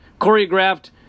choreographed